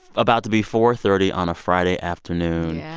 about to be four thirty on a friday afternoon. yeah